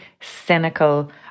cynical